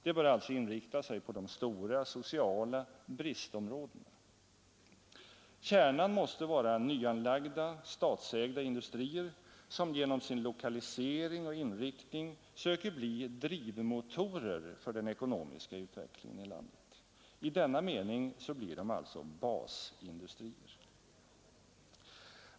Det bör alltså inrikta sig på de stora sociala bristområdena. Kärnan måste vara nyanlagda statsägda industrier som genom sin lokalisering och inriktning söker bli drivmotorer för den ekonomiska utvecklingen i landet. I denna mening blir det alltså basindustrier.